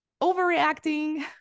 overreacting